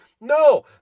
No